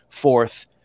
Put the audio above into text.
fourth